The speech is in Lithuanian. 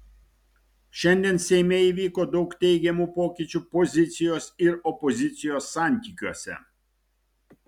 šiandien seime įvyko daug teigiamų pokyčių pozicijos ir opozicijos santykiuose